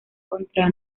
contra